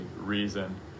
reason